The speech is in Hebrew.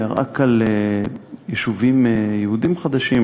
רק על יישובים יהודיים חדשים,